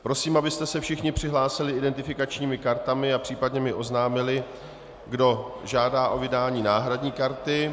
Prosím, abyste se všichni přihlásili identifikačními kartami a případně mi oznámili, kdo žádá o vydání náhradní karty.